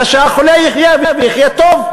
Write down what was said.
אלא שהחולה יחיה ויחיה טוב.